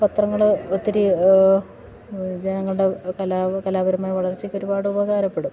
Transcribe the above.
പത്രങ്ങൾ ഒത്തിരി ജനങ്ങളുടെ കല കലാപരമായ വളർച്ചയ്ക്ക് ഒരുപാട് ഉപകാരപ്പെടും